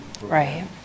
Right